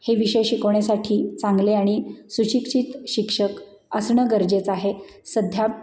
हे विषय शिकवण्यासाठी चांगले आणि सुशिक्षित शिक्षक असणं गरजेचं आहे सध्या